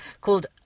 called